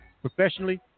professionally